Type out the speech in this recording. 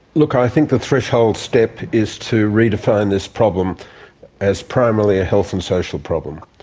look, i think the threshold step is to redefine this problem as primarily a health and social problem.